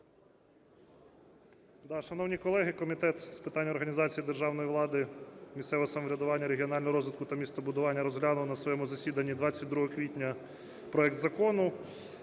Шановні колеги, Комітет з питань організації державної влади, місцевого самоврядування, регіонального розвитку та містобудування розглянув на своєму засіданні 22 квітня проект закону.